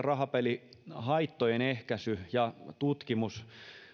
rahapelihaittojen ehkäisy ja tutkimus